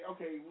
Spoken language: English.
Okay